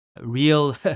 real